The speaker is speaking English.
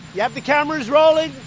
you have the cameras rolling?